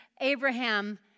Abraham